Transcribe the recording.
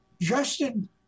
Justin